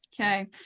Okay